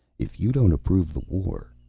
if you don't approve the war,